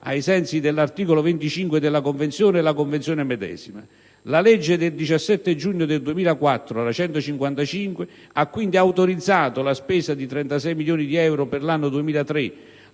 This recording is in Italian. ai sensi dell'articolo XXV della Convenzione, la Convenzione medesima. La legge 17 giugno 2004, n. 155, ha quindi autorizzato la spesa di 36,2 milioni di euro per l'anno 2003,